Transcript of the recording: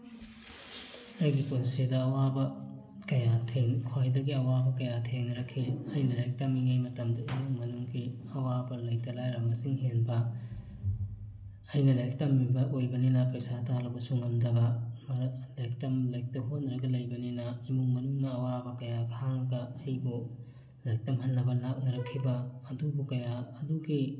ꯑꯩꯒꯤ ꯄꯨꯟꯁꯤꯗ ꯑꯋꯥꯕ ꯀꯌꯥ ꯈ꯭ꯋꯥꯏꯗꯒꯤ ꯑꯋꯥꯕ ꯀꯌꯥ ꯊꯦꯡꯅꯔꯛꯈꯤ ꯑꯩꯅ ꯂꯥꯏꯔꯤꯛ ꯇꯝꯃꯤꯉꯩ ꯃꯇꯝꯗ ꯏꯃꯨꯡ ꯃꯅꯨꯡꯒꯤ ꯑꯋꯥꯕ ꯂꯩꯇ ꯂꯥꯏꯔ ꯃꯁꯤꯡ ꯍꯦꯟꯕ ꯑꯩꯅ ꯂꯥꯏꯔꯤꯛ ꯇꯝꯃꯤꯕ ꯑꯣꯏꯕꯅꯤꯅ ꯄꯩꯁꯥ ꯇꯥꯜꯂꯕꯁꯨ ꯉꯝꯗꯕ ꯂꯥꯏꯔꯤꯛ ꯇꯝ ꯂꯥꯏꯔꯤꯛꯇ ꯍꯣꯠꯅꯔꯒ ꯂꯩꯕꯅꯤꯅ ꯏꯃꯨꯡ ꯃꯅꯨꯡꯒꯤ ꯑꯋꯥꯕ ꯀꯌꯥ ꯈꯥꯡꯉꯒ ꯑꯩꯕꯨ ꯂꯥꯏꯔꯤꯛ ꯇꯝꯍꯟꯅꯕ ꯂꯥꯛꯅꯔꯛꯈꯤꯕ ꯑꯗꯨꯕꯨ ꯀꯌꯥ ꯑꯗꯨꯒꯤ